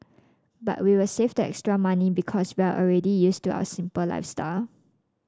but we will save the extra money because we are already used to our simple lifestyle